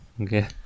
Okay